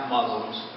Muslims